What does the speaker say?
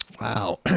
Wow